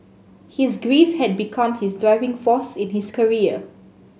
his grief had become his driving force in his career